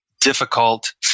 difficult